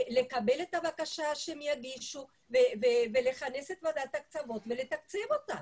לקבל את הבקשה שהם יגישו ולכנס את ועדת ההקצבות ולתקצב אותם.